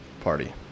party